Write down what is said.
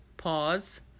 pause